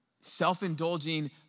self-indulging